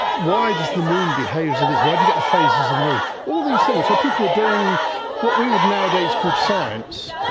why does the moon behave as it is, why do you get the phases of the moon? all these things. so people were doing what we would nowadays call science,